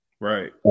Right